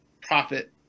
profit